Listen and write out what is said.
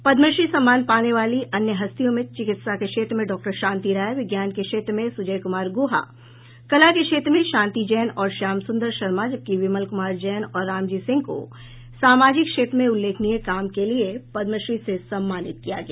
पद्मश्री सम्मान पाने वाली अन्य हस्तियों में चिकित्सा के क्षेत्र में डॉक्टर शांति राय विज्ञान के क्षेत्र में सुजय कुमार गुहा कला के क्षेत्र में शांति जैन और श्यामसुंदर शर्मा जबकि विमल कुमार जैन और रामजी सिंह को सामाजिक क्षेत्र में उल्लेखनीय काम के लिये पद्मश्री से सम्मानित किया गया